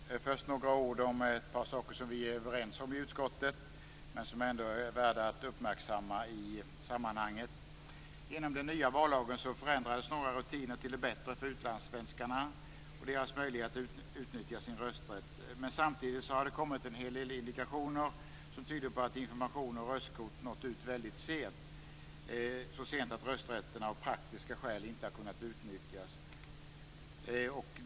Fru talman! Först några ord om ett par saker som vi är överens om i utskottet, men som ändå är värda att uppmärksamma i sammanhanget. Inom den nya vallagen förändrades några rutiner till det bättre för utlandssvenskarna och deras möjlighet att utnyttja sin rösträtt. Samtidigt har det kommit en hel del indikationer som tyder på att informationen och röstkorten nått ut väldigt sent, så sent att rösträtten av praktiska skäl inte har kunnat utnyttjas.